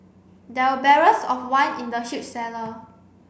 there were barrels of wine in the huge cellar